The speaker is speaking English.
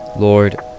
Lord